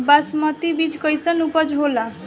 बासमती बीज कईसन उपज होला?